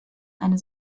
eine